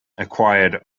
acquired